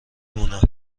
مونم